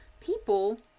people